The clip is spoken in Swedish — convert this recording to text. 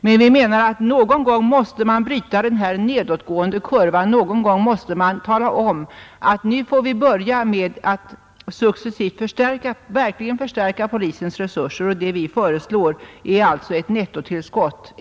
Men vi menar att man någon gång måste bryta den nedåtgående kurvan. Någon gång måste man börja med att successivt verkligen förstärka polisens resurser, och det vi föreslår är således ett nettotillskott.